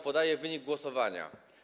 Podaję wynik głosowania.